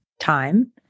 time